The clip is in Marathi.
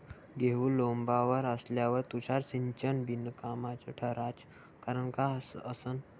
गहू लोम्बावर आल्यावर तुषार सिंचन बिनकामाचं ठराचं कारन का असन?